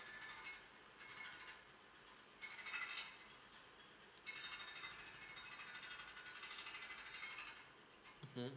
mmhmm